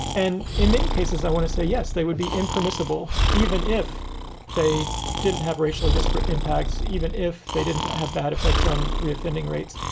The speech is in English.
and in many cases, i want to say, yes, they would be impermissible even if they didn't have racially disparate impacts, even if they didn't have bad effects on reoffending rates.